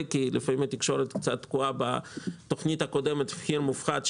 כי לפעמים התקשורת קצת תקועה בתוכנית הקודמת של מחיר מופחת,